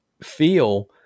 feel